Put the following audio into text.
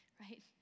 right